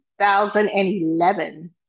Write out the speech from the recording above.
2011